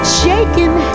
shaking